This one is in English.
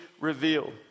revealed